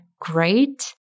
great